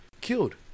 killed